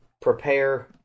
prepare